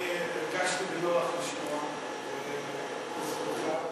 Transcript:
אני הרגשתי בנוח לשמוע, וזה לזכותך,